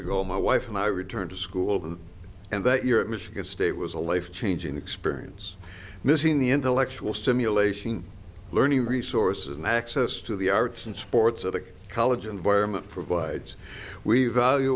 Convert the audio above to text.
ago my wife and i returned to school and that your michigan state was a life changing experience missing the intellectual stimulation learning resources and access to the arts and sports of the college environment provides we